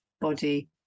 body